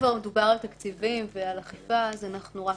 כבר דובר על תקציבים ועל אכיפה אז אנחנו רק